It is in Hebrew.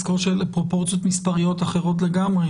צריך לזכור שאלה פרופורציות מספריות אחרות לגמרי.